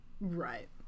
Right